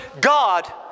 God